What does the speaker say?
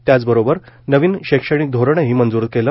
त्याचबरोबर नवीन शैक्षणिक धोरणही मंजूर केलं